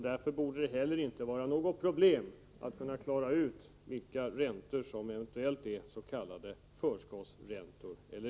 Därför borde det inte heller vara något problem att klara ut vilka räntor som eventuellt är s.k. förskottsräntor.